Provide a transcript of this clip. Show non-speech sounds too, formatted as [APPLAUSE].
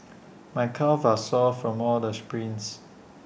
[NOISE] my calves are sore from all the sprints